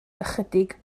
ychydig